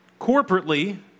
corporately